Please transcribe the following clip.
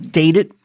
dated